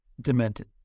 demented